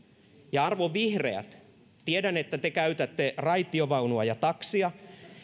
ja arvon vihreät tiedän että te käytätte raitiovaunua ja taksia